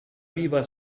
viva